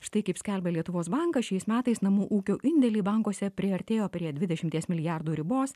štai kaip skelbia lietuvos bankas šiais metais namų ūkių indėliai bankuose priartėjo prie dvidešimties milijardų ribos